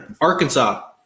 Arkansas